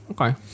Okay